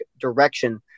direction